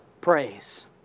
Praise